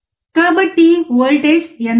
కాబట్టి వోల్టేజ్ ఎంత